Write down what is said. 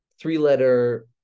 Three-letter